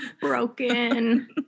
broken